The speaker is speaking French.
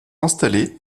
installé